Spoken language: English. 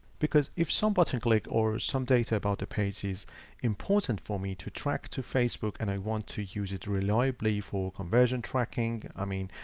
because if somebody can click or some data about the page is important for me to track to facebook, and i want to use it reliably for conversion tracking, i mean,